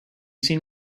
seen